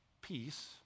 Peace